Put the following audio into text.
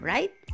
Right